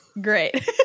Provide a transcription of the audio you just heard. Great